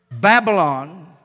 Babylon